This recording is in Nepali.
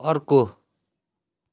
अर्को